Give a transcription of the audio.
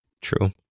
True